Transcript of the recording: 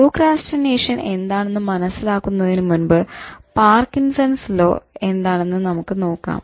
procrastination എന്താണെന്ന് മനസ്സിലാക്കുന്നതിന് മുൻപ് "പാർക്കിൻസൺസ് ലോ" Parkinson's Law എന്താണെന്ന് നമുക്ക് നോക്കാം